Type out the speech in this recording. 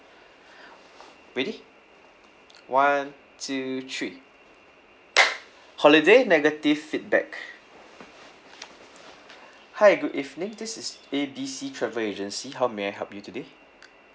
ready one two three holiday negative feedback hi good evening this is A B C travel agency how may help you today